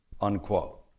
unquote